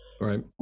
Right